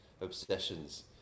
obsessions